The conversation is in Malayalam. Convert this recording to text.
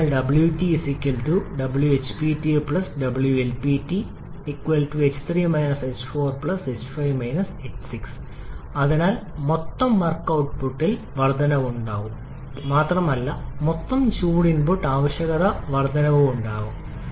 അതിനാൽ 𝑊𝑇 𝑊𝐻𝑃𝑇 𝑊𝐿𝑃𝑇 ℎ5 ℎ6 അതിനാൽ മൊത്തം വർക്ക് ഔട്ട്പുട്ടിൽ വർദ്ധനവുണ്ടാകും മാത്രമല്ല മൊത്തം ചൂടിൽ ഇൻപുട്ട് ആവശ്യകതവർദ്ധനവുണ്ടാകും